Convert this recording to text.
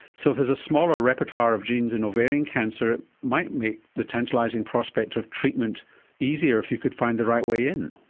so if there's a smaller repertoire of genes in ovarian cancer it might make the tantalising prospect of treatment easier if you could find the right way in.